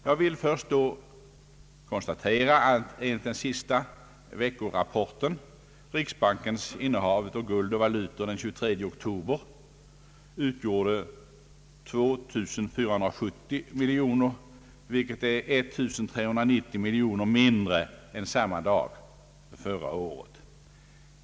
Jag vill då först konstatera, att enligt den senaste veckorapporten riksbankens innehav av guld och valutor den 23 oktober utgjorde 2470 miljoner kronor, vilket är 1390 miljoner kronor mindre än samma dag förra året.